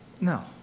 No